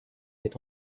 est